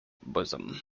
bosom